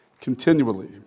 continually